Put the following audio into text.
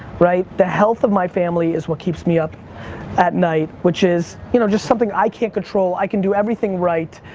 the health of my family is what keeps me up at night, which is you know just something i can't control. i can do everything right,